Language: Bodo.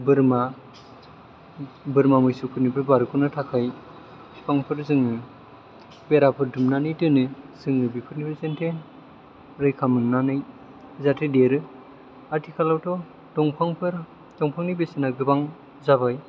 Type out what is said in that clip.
बोरमा मोसौफोरनिफ्राय बारगनो थाखाय बिफांफोर जोङो बेराफोर दुमनानै दोनो जाहाथे रैखा मोननानै जाहाथे देरो आथिखालावथ' दंफांफोर दंफांनि बेसेना गोबां जाबाय